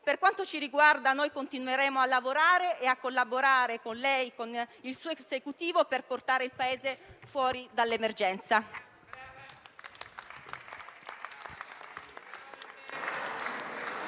Per quanto ci riguarda, continueremo a lavorare e collaborare con lei e il suo Esecutivo per portare il Paese fuori dall'emergenza.